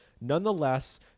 Nonetheless